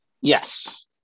Yes